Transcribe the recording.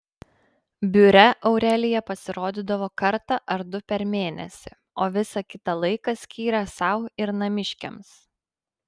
biure aurelija pasirodydavo kartą ar du per mėnesį o visą kitą laiką skyrė sau ir namiškiams